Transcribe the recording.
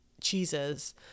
cheeses